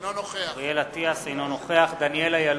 אינו נוכח דניאל אילון,